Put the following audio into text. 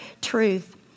truth